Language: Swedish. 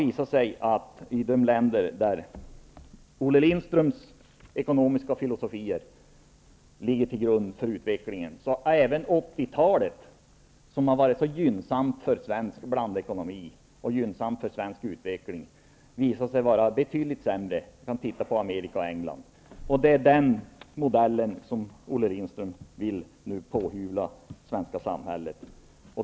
I de länder där Olle Lindströms ekonomiska filosofi ligger till grund för utvecklingen har även 80-talet, som har varit så gynnsamt för svensk blandekonomi och för svensk utveckling, visat sig vara betydligt sämre; vi kan se på Amerika och England. Det är den modellen som Olle Lindström nu vill tvinga på det svenska samhället.